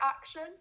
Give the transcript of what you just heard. action